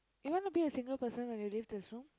you wanna be a single person when you leave this room